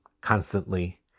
constantly